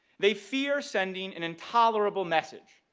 they fear sending an intolerable message